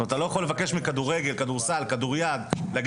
אתה לא יכול לבקש מכדורגל כדורסל וכדוריד ולהגיד